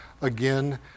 again